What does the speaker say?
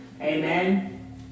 Amen